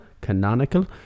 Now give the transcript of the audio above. Canonical